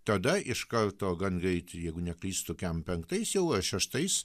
tada iš karto gan greit jeigu neklystu kiam penktais jau ar šeštais